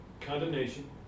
Condemnation